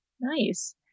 Nice